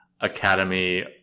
Academy